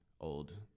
old